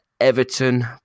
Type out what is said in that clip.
Everton